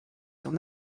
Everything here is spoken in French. son